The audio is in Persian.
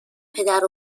پدر